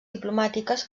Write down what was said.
diplomàtiques